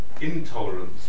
intolerance